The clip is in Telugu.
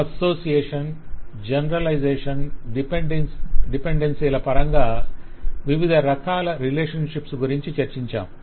అసోసియేషన్ జనరలైజషన్ డిపెండెన్సీల పరంగా వివిధ రకాల రిలేషన్షిప్స్ గురించి చర్చించాము